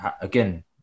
again